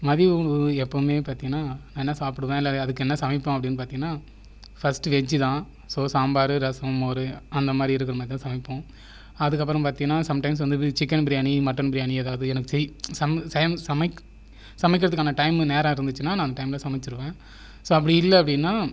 மதிய உணவு எப்போதுமே பார்த்தீங்கன்னா நான் என்ன சாப்பிடுவேன் இல்லை அதுக்கு என்ன சமைப்பேன் அப்படின்னு பார்த்தீங்கனா ஃபர்ஸ்ட் வெஜ் தான் ஸோ சாம்பாரு ரசம் மோர் அந்த மாதிரி இருக்கிற மாதிரி தான் சமைப்போம் அதுக்கப்புறம் பார்த்தீங்கன்னா சம் டைம்ஸ் வந்து சிக்கன் பிரியாணி மட்டன் பிரியாணி ஏதாவது சமைக்கிறதுக்கான டைம் நேரம் இருந்துச்சுன்னால் நான் டைமில் சமைச்சுடுவேன் ஸோ அப்படி இல்லை அப்படின்னால்